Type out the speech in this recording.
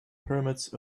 pyramids